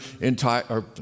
entire